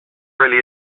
really